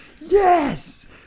yes